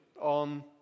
on